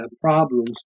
problems